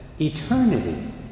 eternity